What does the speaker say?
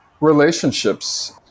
relationships